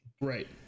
Right